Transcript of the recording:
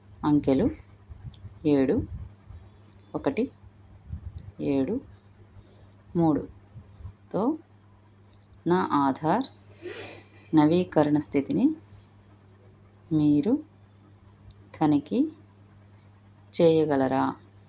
అంకెలు ఏడు ఒకటి ఏడు మూడుతో నా ఆధార్ నవీకరణ స్థితిని మీరు తనిఖీ చేయగలరా